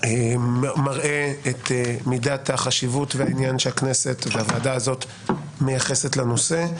מראה את מידת החשיבות והעניין שהכנסת והוועדה הזאת מייחסת לנושא.